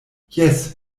jes